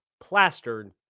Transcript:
plastered